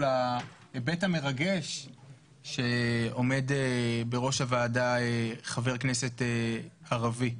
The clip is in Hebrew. להיבט המרגש שעומד בראש הוועדה חבר כנסת ערבי.